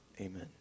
Amen